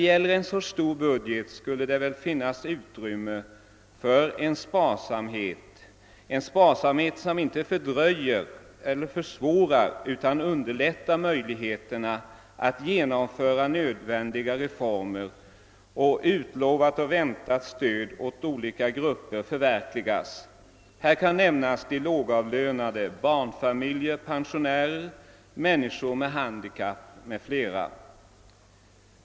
I en så stor budget skulle det väl finnas utrymme för en sparsamhet, som inte fördröjer eller försvårar utan underlättar nödvändiga reformer och utlovat och väntat stöd åt olika grupper — här kan nämnas lågavlönade, barnfamiljer, pensionärer, människor med handikapp m.fl.